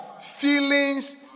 feelings